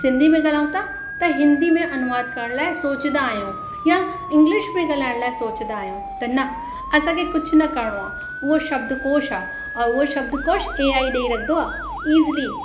सिंधी में ॻाल्हायूं त हिंदी में अनुवाद करण लाइ सोचंदा आहियूं या इंग्लिश में ॻाल्हाइणु लाइ सोचंदा आहियूं त न असांखे कुझ न करिणो आहे उहो शब्दकोष आहे औरि उहो शब्दकोष एआई ॾई रखंदो आहे ईज़ली